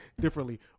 differently